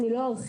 אני לא ארחיב.